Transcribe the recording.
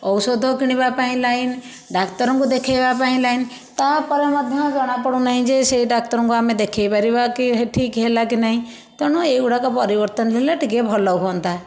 ଔଷଧ କିଣିବା ପାଇଁ ଲାଇନ ଡ଼ାକ୍ତରଙ୍କୁ ଦେଖାଇବା ପାଇଁ ଲାଇନ ତା ପରେ ମଧ୍ୟ ଜଣା ପଡ଼ୁନାହିଁ ଯେ ସେ ଡ଼ାକ୍ତରଙ୍କୁ ଆମେ ଦେଖାଇ ପାରିବା କି ଠିକ ହେଲା କି ନାହିଁ ତେଣୁ ଏଇଗୁଡ଼ାକ ପରିବର୍ତ୍ତନ ହେଲେ ଟିକିଏ ଭଲ ହୁଅନ୍ତା